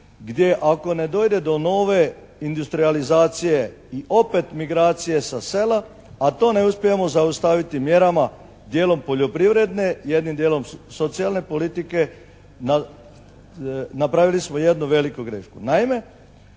gdje ako ne dojde do nove industrijalizacije i opet migracije sa sela, a to ne uspijemo zaustaviti mjerama dijelom poljoprivredne, jednim dijelom socijalne politike napravili smo jednu veliku grešku.